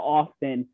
often